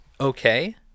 okay